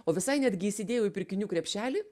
o visai netgi įsidėjau į pirkinių krepšelį